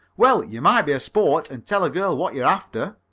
well, you might be a sport and tell a girl what you're after.